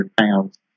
pounds